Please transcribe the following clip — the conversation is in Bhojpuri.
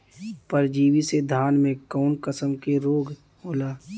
परजीवी से धान में कऊन कसम के रोग होला?